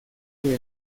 que